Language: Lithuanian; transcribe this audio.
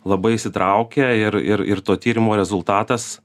labai įsitraukę ir ir ir to tyrimo rezultatas